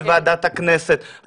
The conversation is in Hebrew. על ועדת הכנסת,